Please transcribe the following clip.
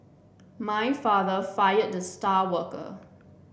my father fired the star worker